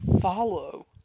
follow